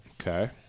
Okay